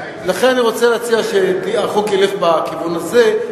לכן אני רוצה להציע שהחוק ילך בכיוון הזה.